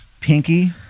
pinky